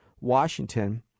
Washington